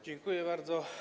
Dziękuję bardzo.